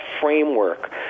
framework